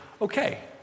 okay